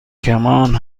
کمان